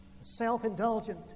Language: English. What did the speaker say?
Self-indulgent